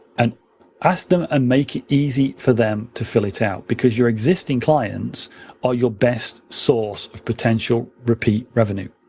and ask them and make it easy for them to fill it out, because your existing clients are your best source of potential repeat revenue.